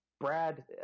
Brad